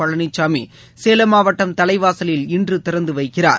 பழனிசாமி சேலம் மாவட்டம் தலைவாசலில் இன்று திறந்து வைக்கிறார்